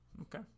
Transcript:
Okay